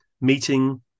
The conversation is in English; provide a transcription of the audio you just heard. meeting